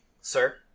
sir